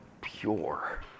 pure